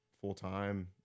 full-time